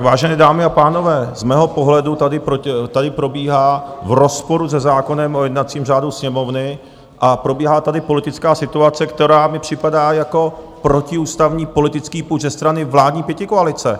Vážené dámy a pánové, z mého pohledu tady probíhá v rozporu se zákonem o jednacím řádu Sněmovny, probíhá tady politická situace, která mi připadá jako protiústavní politický puč ze strany vládní pětikoalice.